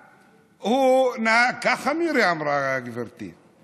ככה מירי אמרה, גברתי.